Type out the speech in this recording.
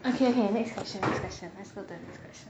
okay okay next question let's go to the next question